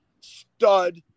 stud